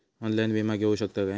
Online विमा घेऊ शकतय का?